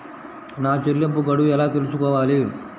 నా చెల్లింపు గడువు ఎలా తెలుసుకోవాలి?